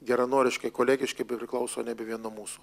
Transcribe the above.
geranoriškai kolegiški priklauso nebe vien nuo mūsų